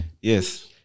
Yes